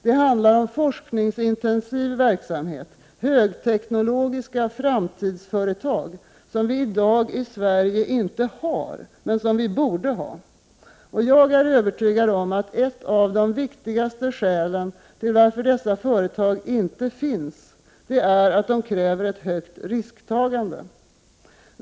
Det handlar om forskningsintensiv verksamhet och högteknologiska framtidsföretag, som vi inte har i Sverige i dag men som vi borde ha. Jag är övertygad om att ett av de viktigaste skälen till att dessa företag inte finns är att de kräver ett högt risktagande.